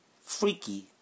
Freaky